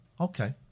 Okay